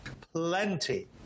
plenty